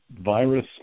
virus